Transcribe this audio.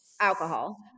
alcohol